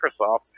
Microsoft